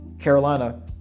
Carolina